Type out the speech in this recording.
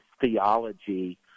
theology